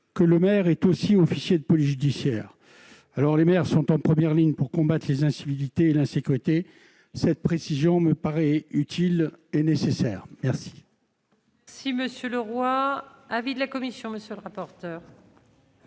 que le maire est aussi officier de police judiciaire alors les maires sont en première ligne pour combattre les incivilités, la sécurité, cette précision me paraît utile et nécessaire, merci.